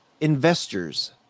investors